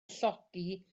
llogi